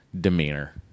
demeanor